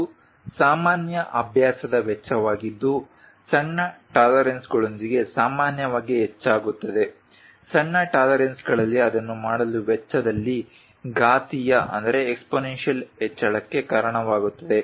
ಇದು ಸಾಮಾನ್ಯ ಅಭ್ಯಾಸದ ವೆಚ್ಚವಾಗಿದ್ದು ಸಣ್ಣ ಟಾಲರೆನ್ಸ್ಗಳೊಂದಿಗೆ ಸಾಮಾನ್ಯವಾಗಿ ಹೆಚ್ಚಾಗುತ್ತದೆ ಸಣ್ಣ ಟಾಲರೆನ್ಸ್ಗಳಲ್ಲಿ ಅದನ್ನು ಮಾಡಲು ವೆಚ್ಚದಲ್ಲಿ ಘಾತೀಯ ಹೆಚ್ಚಳಕ್ಕೆ ಕಾರಣವಾಗುತ್ತವೆ